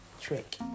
trick